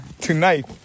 tonight